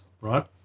right